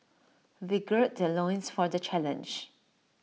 they gird their loins for the challenge